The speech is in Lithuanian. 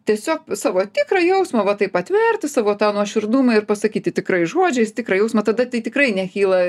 tiesiog savo tikrą jausmą va taip atverti savo tą nuoširdumą ir pasakyti tikrais žodžiais tikrą jausmą tada tai tikrai nekyla